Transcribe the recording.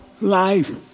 life